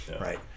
right